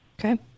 Okay